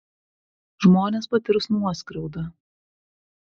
žmonės patirs nuoskriaudą